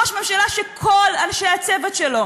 ראש ממשלה שכל אנשי הצוות שלו,